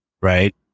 right